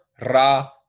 Ra